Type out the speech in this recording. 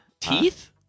Teeth